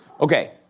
Okay